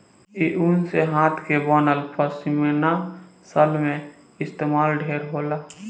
इ ऊन से हाथ के बनल पश्मीना शाल में इस्तमाल ढेर होला